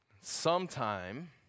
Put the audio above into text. Sometime